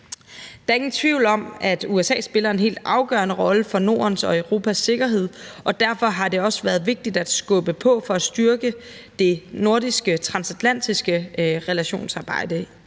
Der er ingen tvivl om, at USA spiller en helt afgørende rolle for Nordens og Europas sikkerhed, og derfor har det også været vigtigt at skubbe på for at styrke det nordiske transatlantiske relationsarbejde.